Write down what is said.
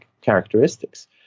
characteristics